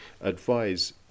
advise